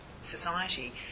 society